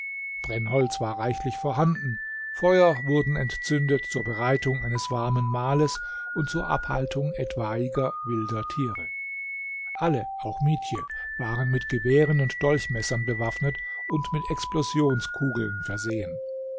brennholz war reichlich vorhanden feuer wurden entzündet zur bereitung eines warmen mahles und zur abhaltung etwaiger wilder tiere alle auch mietje waren mit gewehren und dolchmessern bewaffnet und mit explosionskugeln versehen